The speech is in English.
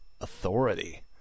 authority